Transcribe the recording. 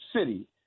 city